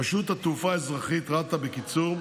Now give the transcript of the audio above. רשות התעופה האזרחית, רת"א, בקיצור,